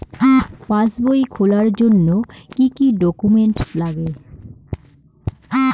পাসবই খোলার জন্য কি কি ডকুমেন্টস লাগে?